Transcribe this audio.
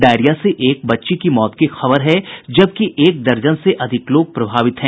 diarrhoea से एक बालिका की मौत की खबर है जबकि एक दर्जन से ज्यादा लोग प्रभावित है